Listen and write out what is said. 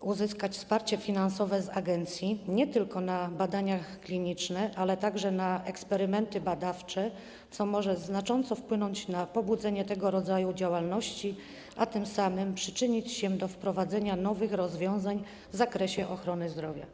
uzyskać wsparcie finansowe z agencji nie tylko na badania kliniczne, ale także na eksperymenty badawcze, co może znacząco wpłynąć na pobudzenie tego rodzaju działalności, a tym samym przyczynić się do wprowadzenia nowych rozwiązań w zakresie ochrony zdrowia.